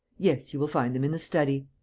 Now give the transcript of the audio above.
yes, you will find them in the study.